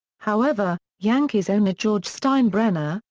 however, yankees owner george steinbrenner,